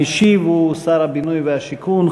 המשיב הוא שר הבינוי והשיכון,